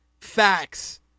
facts